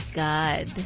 god